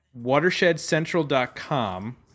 watershedcentral.com